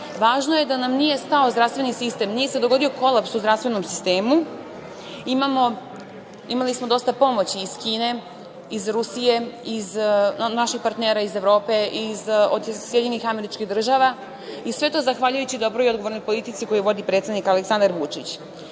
Važno je da nam nije stao zdravstveni sistem, nije se dogodio kolaps u zdravstvenom sistemu. Imali smo dosta pomoći iz Kine, iz Rusije, naših partnera iz Evrope, iz SAD, a sve to zahvaljujući dobroj i odgovornoj politici koju vodi predsednik Aleksandar Vučić. Sada